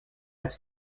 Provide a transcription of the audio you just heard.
als